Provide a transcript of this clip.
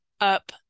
up